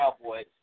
Cowboys